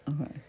Okay